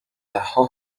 دهها